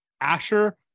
Asher